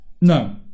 no